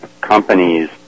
companies